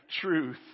truth